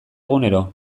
egunero